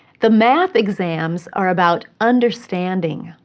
the math exams are about understanding,